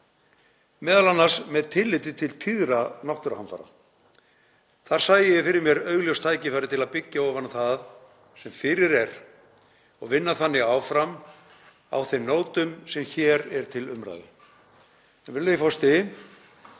m.a. með tilliti til tíðra náttúruhamfara. Þar sæi ég fyrir mér augljóst tækifæri til að byggja ofan á það sem fyrir er og vinna þannig áfram á þeim nótum sem hér eru til umræðu. Virðulegi forseti.